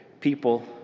people